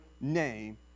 name